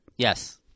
Yes